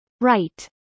Right